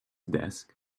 desk